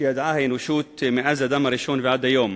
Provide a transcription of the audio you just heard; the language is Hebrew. שידעה האנושות מאז אדם הראשון ועד היום.